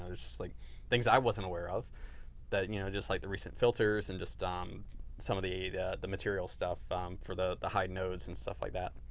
um just just like things i wasn't aware of that you know just like the recent filters and just um some of the the material stuff for the the high nodes and stuff like that.